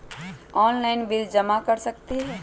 Online bill जमा कर सकती ह?